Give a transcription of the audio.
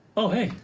oh hey,